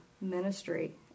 ministry